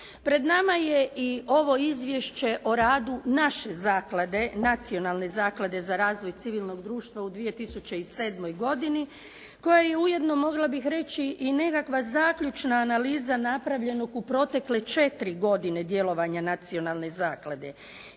Pred nama je i ovo izvješće o radu naše zaklade, Nacionalne zaklade za razvoj civilnog društva u 2007. godini koja je ujedno mogla bih reći i nekakva zaključna analiza napravljenog u protekle 4 godine djelovanja Nacionalne zaklade.